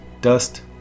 dust